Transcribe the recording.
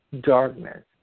darkness